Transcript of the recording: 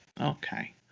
Okay